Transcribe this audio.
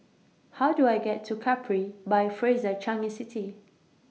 How Do I get to Capri By Fraser Changi City